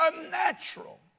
unnatural